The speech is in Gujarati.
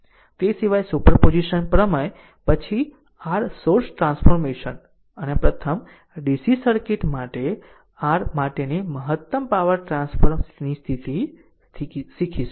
તે સિવાય સુપર પોઝિશન પ્રમેય પછી r સોર્સ ટ્રાન્સફોર્મેશ ન અને પ્રથમ DC સર્કિટ માટે r માટેની મહત્તમ પાવર ટ્રાન્સફર સ્થિતિ શીખીશું